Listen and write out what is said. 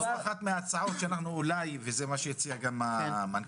זאת אחת ההצעות וזה מה שהציע מנכ"ל